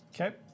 Okay